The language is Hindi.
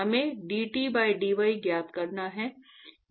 हमें dT by dy ज्ञात करना है